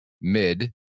mid